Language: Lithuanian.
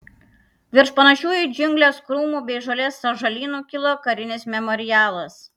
virš panašių į džiungles krūmų bei žolės sąžalynų kilo karinis memorialas